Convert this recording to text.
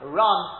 run